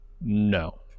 no